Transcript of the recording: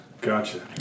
Gotcha